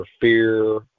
fear